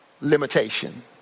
limitation